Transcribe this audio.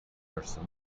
person